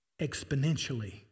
exponentially